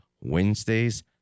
Wednesdays